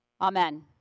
Amen